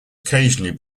occasionally